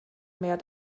mehr